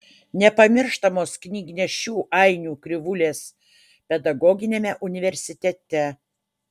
nepamirštamos knygnešių ainių krivulės pedagoginiame universitete